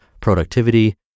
productivity